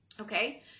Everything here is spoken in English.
okay